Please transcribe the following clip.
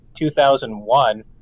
2001